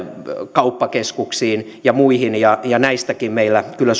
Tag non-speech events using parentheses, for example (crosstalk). kauppakeskuksiin ja muihin ja ja näistäkin kyllä (unintelligible)